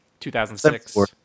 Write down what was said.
2006